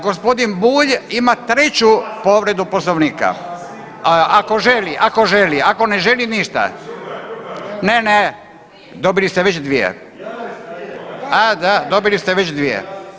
Gospodin Bulj ima treću povredu Poslovnika ako želi, ako želi, ako ne želi ništa … [[Upadica iz klupe se ne razumije]] Ne, ne, dobili ste već dvije … [[Upadica iz klupe se ne razumije]] A da, dobili ste već dvije.